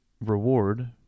reward